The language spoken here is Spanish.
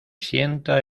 sienta